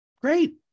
Great